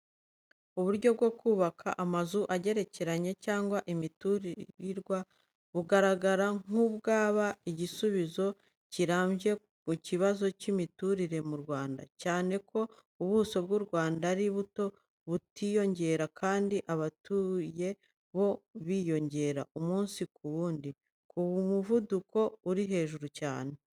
Uburyo bwo kubaka amazu agerekeranye cyangwa imiturirwa, bugaragara nk'ubwaba igisubizo kirambye ku kibazo cy'imiturire mu Rwanda, cyane ko ubuso bw'u Rwanda ari buto, butiyongera kandi abarutuye bo biyongera umunsi ku wundi, ku muvuduko uri hejuru cyane.